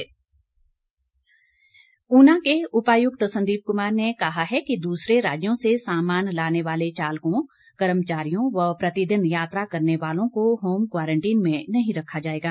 home quarantine Una के उपायुक्त संदीप कुमार ने कहा है कि दूसरे राज्यों से सामान लाने वाले चालकों कर्मचारियों व प्रतिदिन यात्रा करने वालों को होम क्वारंटीन में नहीं रखा जाएगा